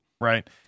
Right